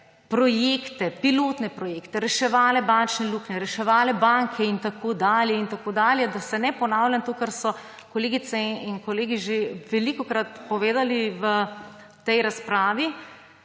projekte, pilotne projekte, reševale bančne luknje, reševale banke in tako dalje in tako dalje, da ne ponavljam tega, kar so kolegice in kolegi že velikokrat povedali v tej razpravi,